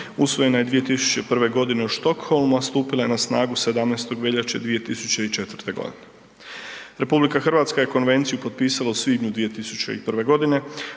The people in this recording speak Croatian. usvojena je 2001. g. u Stockholmu, a stupila je na snagu 17. veljače 2004. g. RH je Konvenciju potpisala u svibnju 2001. g.,